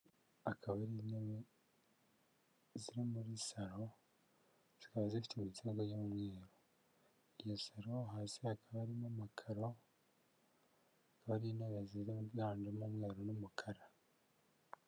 Akaba ari intebe zi muri salon zikaba zifite ibisego y'umweru, iyo salon hasi hakaba arimo amakaro hari n'intebe ziri mu hantu n'umweru n'umukara.